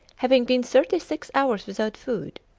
having been thirty-six hours without food,